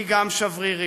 היא גם שברירית.